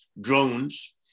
drones